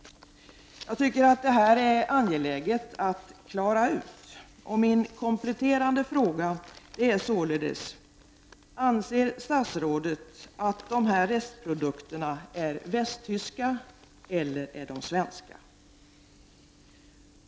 Det här tycker jag är angeläget att klara ut. Min kompletterande fråga är således: Anser statsrådet att dessa restprodukter är västtyska eller svenska?